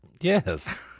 Yes